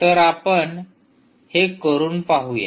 तर आपण हे करून पाहूया